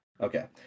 Okay